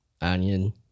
Onion